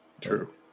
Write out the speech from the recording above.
True